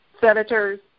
senators